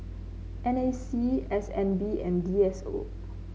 N A C S N B and D S O